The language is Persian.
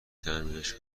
تعمیرش